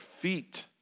feet